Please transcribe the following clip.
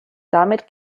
damit